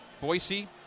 Boise